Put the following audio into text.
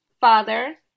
father